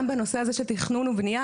גם בנושא הזה של תכנון ובנייה,